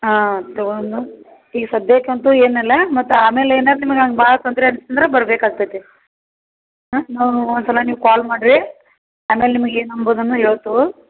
ಹಾಂ ತಗೊಂಡು ಈಗ ಸದ್ಯಕಂತು ಏನಿಲ್ಲ ಮತ್ತು ಆಮೇಲೆ ಏನಾರ ನಿಮ್ಗ ಹಂಗ್ ಭಾಳ್ ತೊಂದರೆ ಅನ್ಸಿಂದ್ರ ಬರ್ಬೇಕು ಆಗ್ತೈತಿ ಹಾಂ ನಾವು ಒಂದು ಸಲ ನೀವು ಕಾಲ್ ಮಾಡ್ರಿ ಆಮೇಲೆ ನಿಮ್ಗೆ ಏನು ಅಂಬುದು ಅನ್ನು ಹೇಳ್ತೋ